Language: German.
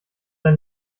der